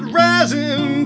rising